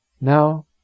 Now